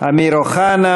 אמיר אוחנה,